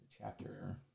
Chapter